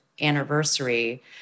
anniversary